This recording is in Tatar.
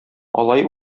алай